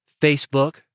Facebook